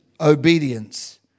obedience